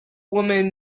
woman